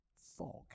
fog